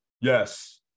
Yes